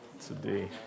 Today